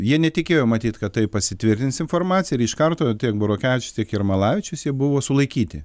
jie netikėjo matyt kad tai pasitvirtins informacija ir iš karto tiek burokevičius tiek jermalavičius jie buvo sulaikyti